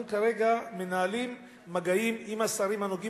אנחנו כרגע מנהלים מגעים עם השרים הנוגעים